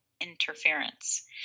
interference